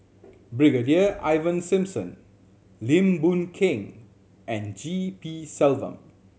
Brigadier Ivan Simson Lim Boon Keng and G P Selvam